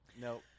No